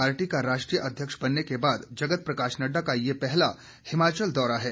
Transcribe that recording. party का राष्ट्रीय अध्यक्ष बनने के बाद जगत प्रकाश नड्डा का ये पहला हिमाचल दौरा है